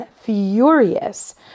furious